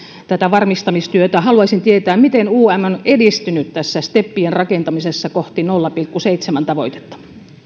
tätä varmistamistyötä haluaisin tietää miten um on edistynyt tässä steppien rakentamisessa kohti nolla pilkku seitsemän tavoitetta